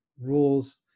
rules